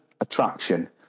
attraction